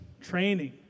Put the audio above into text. training